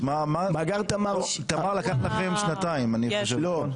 מאגר תמר לקח לכם שנתיים, אני חושב.